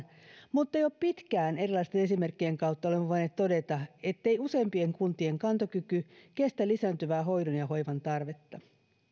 mutta jo pitkään erilaisten esimerkkien kautta olemme voineet todeta ettei useimpien kuntien kantokyky kestä lisääntyvää hoidon ja hoivan tarvetta